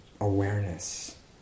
awareness